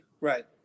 Right